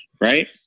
right